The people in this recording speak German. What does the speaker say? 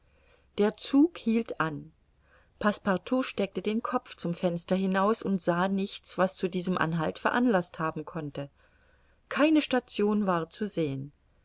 der zug hielt an passepartout steckte den kopf zum fenster hinaus und sah nichts was zu diesem anhalt veranlaßt haben konnte keine station war zu sehen